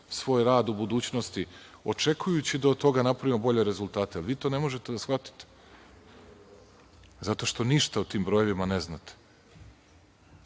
svoj rad u budućnosti, očekujući da od toga napravimo bolje rezultate. Vi to ne možete da shvatite zato što ništa o tim brojevima ne znate